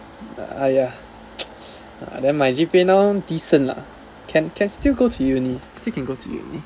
ah ya ah then my G_P_A now decent lah can can still go to uni still can go to uni